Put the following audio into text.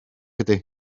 ydy